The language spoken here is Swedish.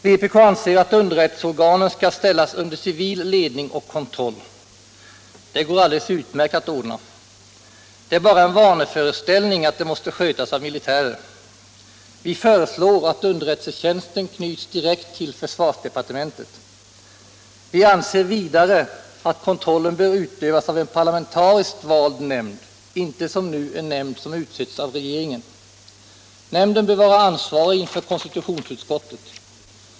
Vpk anser att underrättelseorganen skall ställas under civil ledning och kontroll. Det går alldeles utmärkt att ordna. Det är bara en vanföreställning att underrättelsetjänsten måste skötas av militärer. Vi föreslår att den knyts direkt till försvarsdepartementet. Vi anser vidare att kontrollen bör utövas av en parlamentariskt vald nämnd, inte som nu en nämnd som utsetts av regeringen. Nämnden bör vara ansvarig inför konstitutionsutskottet.